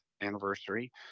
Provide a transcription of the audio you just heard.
anniversary